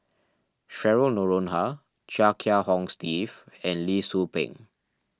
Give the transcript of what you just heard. Cheryl Noronha Chia Kiah Hong Steve and Lee Tzu Pheng